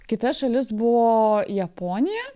kita šalis buvo japonija